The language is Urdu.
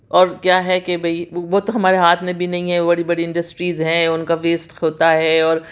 اور کیا ہے کہ بھائی وہ تو ہمارے ہاتھ میں بھی نہیں ہے بڑی بڑی انڈسٹریز ہے ان کا ویسٹ ہوتا ہے اور